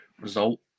result